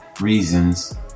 reasons